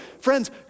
Friends